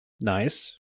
nice